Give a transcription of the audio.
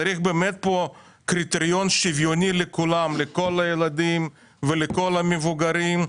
צריך קריטריון שוויוני לכל הילדים ולכל המבוגרים.